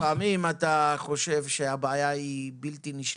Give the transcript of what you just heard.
לפעמים אתה חושב שהבעיה היא בלתי-נשלטת,